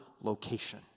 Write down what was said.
location